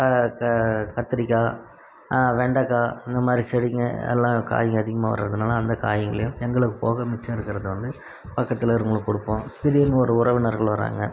கத்திரிக்காய் வெண்டக்காய் இந்த மாதிரி செடிங்கள் எல்லாம் காய்ங்கள் அதிகமாக வரதுனால் அந்த காய்ங்களையும் எங்களுக்கு போக மிச்சம் இருக்கிறத வந்து பக்கத்தில் இருக்கிறவங்களுக்கு கொடுப்போம் திடீரெனு ஒரு உறவினர்கள் வராங்க